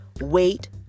Wait